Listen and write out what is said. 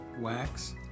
wax